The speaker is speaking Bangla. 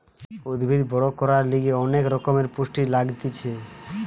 উদ্ভিদ বড় করার লিগে অনেক রকমের পুষ্টি লাগতিছে